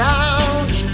out